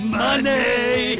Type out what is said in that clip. MONEY